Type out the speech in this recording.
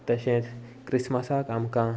तशेंच क्रिस्मसाक आमकां